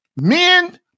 Men